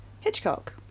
Hitchcock